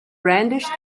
brandished